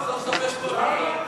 רציתי להגיד שנורא קר במליאה.